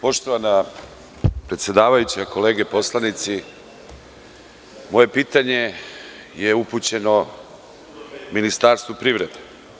Poštovana predsedavajuća, kolege poslanici, moje pitanje je upućeno Ministarstvu privrede.